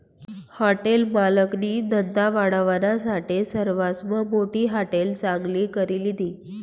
hotel मालकनी धंदा वाढावानासाठे सरवासमा मोठी हाटेल चांगली करी लिधी